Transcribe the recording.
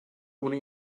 ohne